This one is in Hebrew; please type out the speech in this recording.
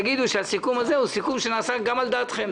שהסיכום הזה הוא סיכום שנעשה גם על דעתכם,